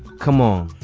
come on.